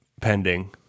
pending